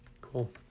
cool